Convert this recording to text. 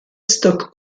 stocke